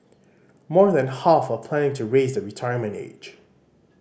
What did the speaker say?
more than half are planning to raise the retirement age